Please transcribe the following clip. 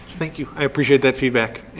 thank you. i appreciate that feedback.